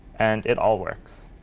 and it all works.